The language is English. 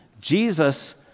Jesus